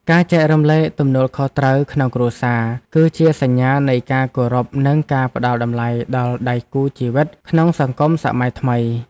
ការចែករំលែកទំនួលខុសត្រូវក្នុងគ្រួសារ គឺជាសញ្ញានៃការគោរពនិងការផ្តល់តម្លៃដល់ដៃគូជីវិតក្នុងសង្គមសម័យថ្មី។